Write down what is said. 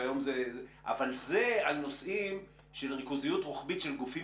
זה הנושא של ריכוזיות רוחבית של גופים